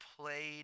played